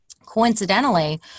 Coincidentally